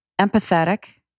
empathetic